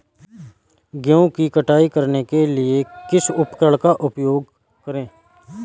गेहूँ की कटाई करने के लिए किस उपकरण का उपयोग करें?